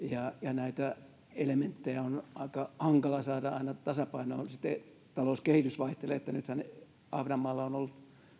näitä elementtejä on aika hankala saada aina tasapainoon sitten talouskehitys vaihtelee nythän ahvenanmaalla on ollut